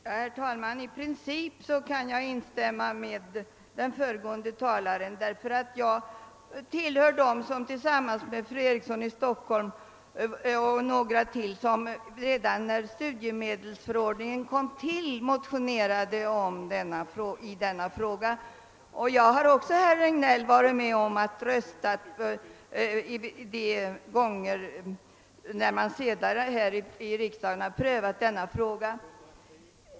Herr talman! I princip kan jag instämma med den föregående talaren. Jag tillhör dem som tillsammans med fru Eriksson i Stockholm motionerade i denna fråga redan när studiemedelsförordningen kom till. Jag har också, herr Regnéll, varit med om att rösta för förslag i denna riktning de gånger då riksdagen senare prövat denna fråga.